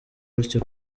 gutyo